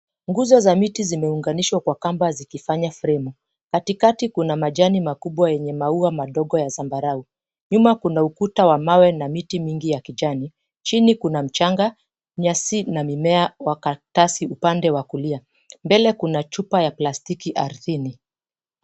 Nguzo za miti zimeunganishwa kwa kamba zikifanya fremu. Katikati kuna majani makubwa yenye maua madogo ya zambarau. Nyuma kuna ukuta wa mawe na miti mingi ya kijani. Chini kuna mchanga, nyasi na mimea ya karatasi upande wa kulia. Mbele kuna chupa ya plastiki ardhini.